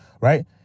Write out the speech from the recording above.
right